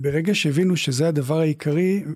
ברגע שהבינו שזה הדבר העיקרי